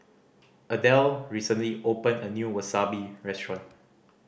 Adell recently opened a new Wasabi Restaurant